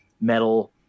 metal